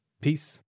Peace